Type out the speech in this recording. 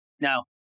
Now